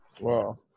Wow